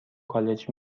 کالج